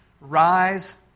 rise